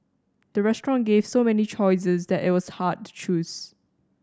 the restaurant gave so many choices that it was hard to choose